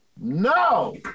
no